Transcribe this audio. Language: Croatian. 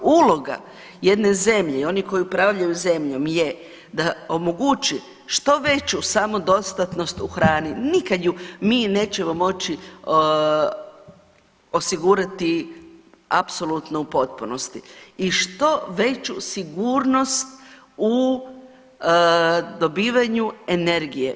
Uloga jedne zemlje i oni koji upravljaju zemljom je da omogući što veću samodostatnost u hrani, nikad je mi nećemo moći osigurati apsolutno u potpunosti i što veću sigurnost u dobivanju energije.